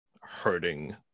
hurting